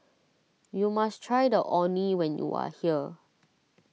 you must try the Orh Nee when you are here